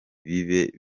bibe